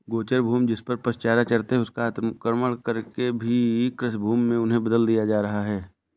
गोचर भूमि, जिसपर पशु चारा चरते हैं, उसका अतिक्रमण करके भी कृषिभूमि में उन्हें बदल दिया जा रहा है